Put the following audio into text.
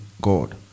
God